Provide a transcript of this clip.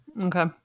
Okay